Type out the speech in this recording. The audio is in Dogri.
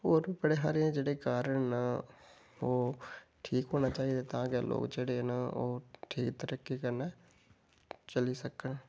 होर बी बड़े सारे कारण न ओह् ठीक होने चाहिदे तां कि लोक जेह्ड़े न ओह् ठीक तरीके कन्नै चली सकन